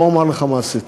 בוא, אומר לך מה עשיתי: